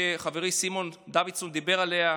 שחברי סימון דוידסון דיבר עליה,